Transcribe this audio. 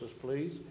please